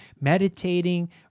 meditating